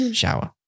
shower